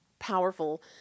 powerful